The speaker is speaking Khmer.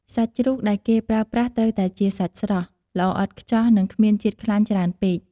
សាច់ជ្រូកដែលគេប្រើប្រាស់ត្រូវតែជាសាច់ស្រស់ ល្អឥតខ្ចោះ និងគ្មានជាតិខ្លាញ់ច្រើនពេក។